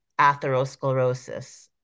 atherosclerosis